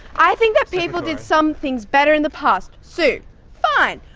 i think that people did some things better in the past. sue fine,